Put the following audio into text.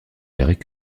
gérée